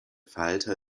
falter